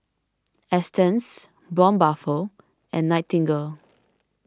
Astons Braun Buffel and Nightingale